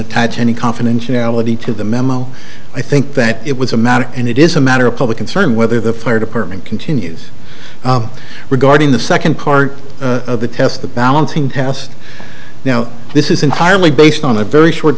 attach any confidentiality to the memo i think that it was a matter and it is a matter of public concern whether the fire department continues regarding the second part of the test the balancing test now this is entirely based on a very short